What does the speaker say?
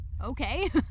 Okay